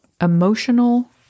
emotional